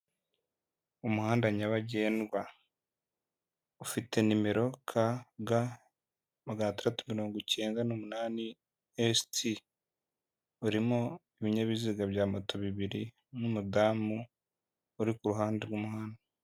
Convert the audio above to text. Umuhanda nyabagendwa, ufite nimero KG magana atandatu mirongo icyenda n'umunani ST. Urimo ibinyabiziga bya moto bibiri n'umudamu uri ku ruhande rw'umuhanda.